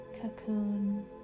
cocoon